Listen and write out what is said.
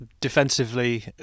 defensively